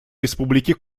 республики